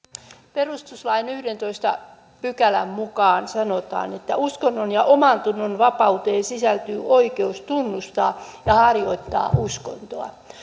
perustuslain yhdennentoista pykälän mukaan sanotaan että uskonnon ja omantunnon vapauteen sisältyy oikeus tunnustaa ja harjoittaa uskontoa